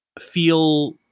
feel